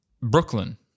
Brooklyn